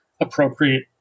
appropriate